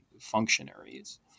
functionaries